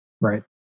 Right